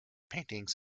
paintings